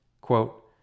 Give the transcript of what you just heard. Quote